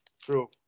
True